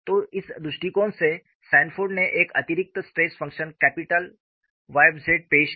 तो इस दृष्टिकोण से सैनफोर्ड ने एक अतिरिक्त stress function capital Y z पेश किया